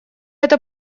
это